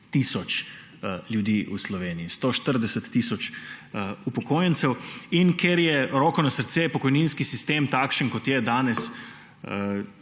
tisoč ljudi v Sloveniji, 140 tisoč upokojencev. In ker je, roko na srce, pokojninski sistem takšen, kot je danes,